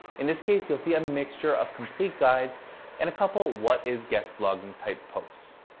in this case, you'll see a mixture of complete guides and a couple what is guest blogging type posts.